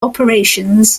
operations